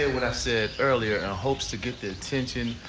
ah what i said earlier in the hopes to get the attention